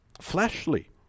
fleshly